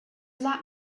lot